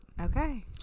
okay